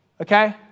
okay